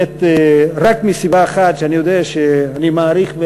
אני יודע שאני מאריך,